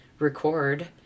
record